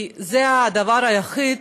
כי זה הדבר היחיד,